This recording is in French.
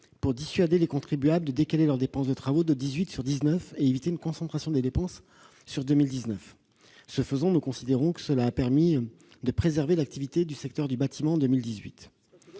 pour dissuader les contribuables de décaler leurs dépenses de travaux de 2018 sur 2019 et éviter une concentration des dépenses sur 2019. Ce faisant, nous considérons que cette mesure a permis de préserver l'activité du secteur du bâtiment en 2018.